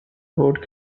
road